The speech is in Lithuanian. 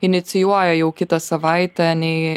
inicijuoja jau kitą savaitę nei